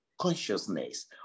consciousness